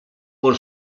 por